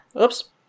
Oops